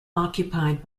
occupied